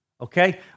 okay